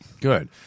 Good